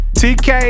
tk